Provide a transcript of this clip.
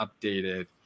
updated